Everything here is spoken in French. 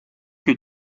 que